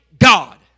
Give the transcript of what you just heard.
God